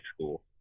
school